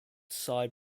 side